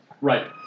Right